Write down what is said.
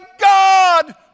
God